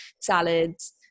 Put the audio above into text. salads